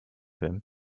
him